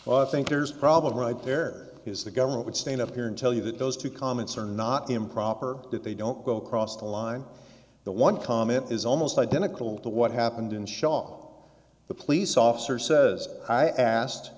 but i think there's a problem right there is the government would stand up here and tell you that those two comments are not improper that they don't go across the line the one comment is almost identical to what happened in shaw the police officer says i asked